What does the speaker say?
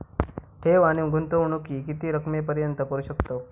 ठेव आणि गुंतवणूकी किती रकमेपर्यंत करू शकतव?